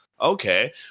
okay